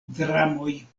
dramoj